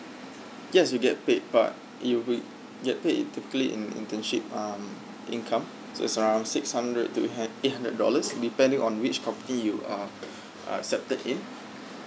yes you get paid but you will get paid typically in internship um income so around six hundred to eight hundred dollars depending on which company you are uh accepted in